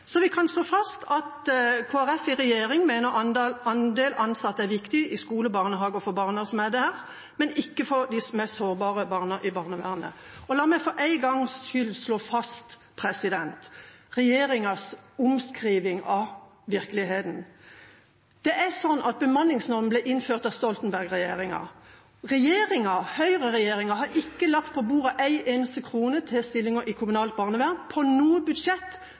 Så vi kan slå fast at Kristelig Folkeparti i regjering mener at andelen ansatte er viktig i skole, i barnehage og for barna som er der, men ikke for de mest sårbare barna i barnevernet. La meg for én gangs skyld slå fast regjeringas omskriving av virkeligheten. Bemanningsnormen ble innført av Stoltenberg-regjeringa. Høyreregjeringa har ikke lagt på bordet ei eneste krone til stillinger i kommunalt barnevern i noe budsjett